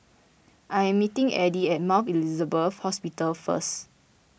I am meeting Addie at Mount Elizabeth Hospital first